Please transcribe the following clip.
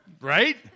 Right